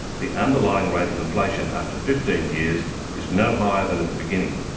the underlying rate of inflation after fifteen years is no higher than at the beginning,